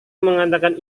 mengatakan